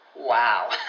Wow